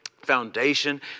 foundation